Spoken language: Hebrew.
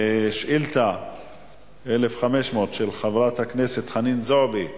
שאילתא 1500 של חברת הכנסת חנין זועבי,